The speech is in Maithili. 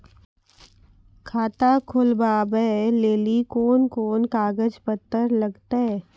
खाता खोलबाबय लेली कोंन कोंन कागज पत्तर लगतै?